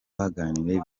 baganiriye